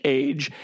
age